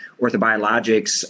Orthobiologics